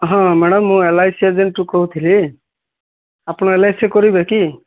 ହଁ ମ୍ୟାଡ଼ାମ୍ ମୁଁ L I C ଏଜେଣ୍ଟରୁ କହୁଥିଲି ଆପଣ ଏଲ୍ ଆଇ ସି କରିବେ କି